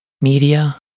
media